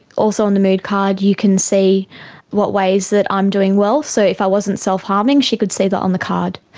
also on the mood card you can see what ways that i'm doing well. so if i wasn't self-harming she could see that on the card.